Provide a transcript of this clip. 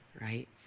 right